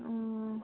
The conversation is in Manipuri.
ꯑꯣ